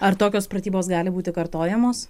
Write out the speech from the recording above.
ar tokios pratybos gali būti kartojamos